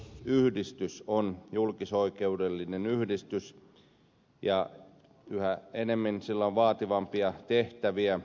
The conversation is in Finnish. maanpuolustuskoulutusyhdistys on julkisoikeudellinen yhdistys ja yhä enemmän sillä on vaativampia tehtäviä